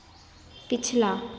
पिछला